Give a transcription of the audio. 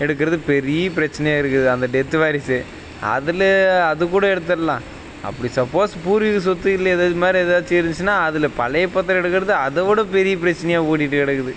எடுக்கிறது பெரிய பிரச்சினையா இருக்குது அந்த டெத்து வாரிசு அதில் அதுக்கூட எடுத்துடலாம் அப்படி சப்போஸ் பூர்வீக சொத்து இல்லை இது இது மாதிரி ஏதாச்சும் இருந்துச்சினா அதில் பழைய பத்திரம் எடுக்கிறது அதை விட பெரிய பிரச்சினையா ஓடிகிட்டு கிடக்குது